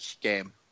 game